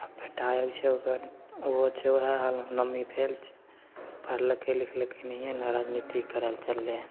आओर बेटा एगो छै से ओकर ओहो छै वएह हालमे नओमी फेल छै पढ़लकै लिखलकै नहिए राजनीति करैले चललै हँ